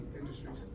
industries